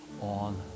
on